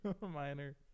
Minor